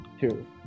two